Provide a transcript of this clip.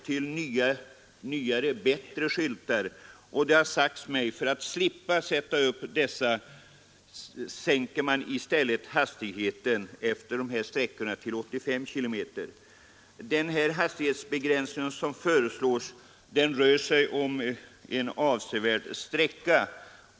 Det har sagts mig, att man för att slippa sätta upp nya skyltar i stället sänker hastigheten utefter de här sträckorna till 85 km. Den hastighetsbegränsning som föreslås berör en avsevärd sträcka.